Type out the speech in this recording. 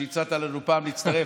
שהצעת לנו פעם להצטרף.